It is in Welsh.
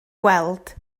gweld